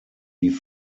die